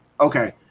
Okay